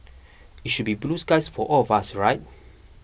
it should be blue skies for all of us right